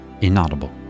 Inaudible